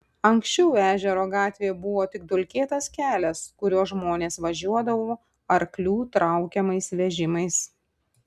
anksčiau ežero gatvė buvo tik dulkėtas kelias kuriuo žmonės važiuodavo arklių traukiamais vežimais